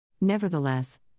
Nevertheless